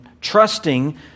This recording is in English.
trusting